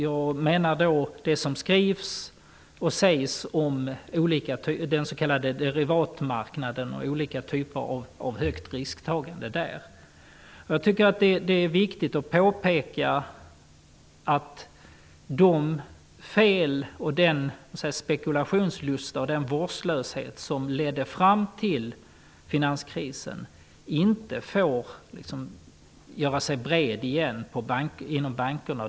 Jag menar då det som skrivs och sägs om den s.k. derivatmarknaden och olika typer av högt risktagande där. Det är viktigt att påpeka att de fel, den spekulationslusta och vårdslöshet som ledde fram till finanskrisen inte får göra sig breda igen inom bankerna.